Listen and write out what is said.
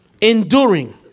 Enduring